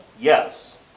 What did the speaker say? yes